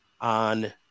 on